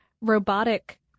robotic